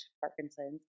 Parkinson's